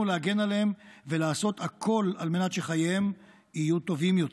להגן עליהם ולעשות הכול על מנת שחייהם יהיו טובים יותר.